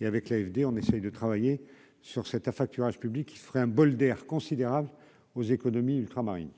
et avec l'AFD, on essaye de travailler sur cette affacturage, il serait un bol d'air considérable aux économies ultramarines.